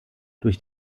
durch